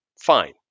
fine